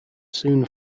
soon